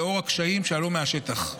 לאור הקשיים שעלו מהשטח.